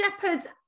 shepherds